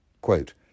Quote